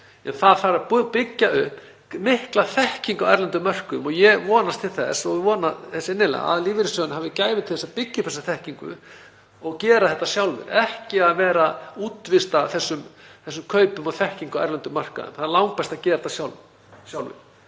En það þarf að byggja upp mikla þekkingu á erlendum mörkuðum og ég vonast til þess og vona innilega að lífeyrissjóðirnir beri gæfu til að byggja upp þessa þekkingu og gera þetta sjálfir, ekki vera að útvista þessum kaupum og þekkingu á erlendum mörkuðum. Það er langbest að gera það sjálfur.